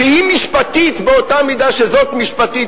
שהיא משפטית באותה מידה שזאת משפטית,